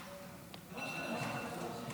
(תיקון,